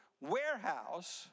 warehouse